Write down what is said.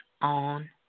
on